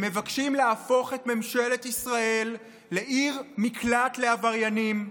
הם מבקשים להפוך את ממשלת ישראל לעיר מקלט לעבריינים,